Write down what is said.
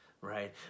right